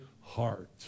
heart